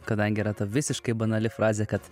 kadangi yra ta visiškai banali frazė kad